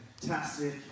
fantastic